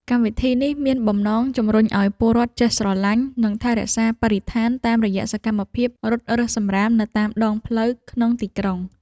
កម្មវិធីនេះមានបំណងជំរុញឱ្យពលរដ្ឋចេះស្រឡាញ់ និងថែរក្សាបរិស្ថានតាមរយៈសកម្មភាពរត់រើសសំរាមនៅតាមដងផ្លូវក្នុងទីក្រុង។